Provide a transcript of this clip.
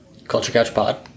culturecouchpod